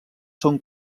són